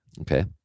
okay